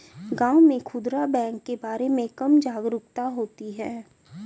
गांव में खूदरा बैंक के बारे में कम जागरूकता होती है